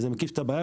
זה מקיף את הבעיה,